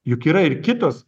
juk yra ir kitos